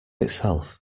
itself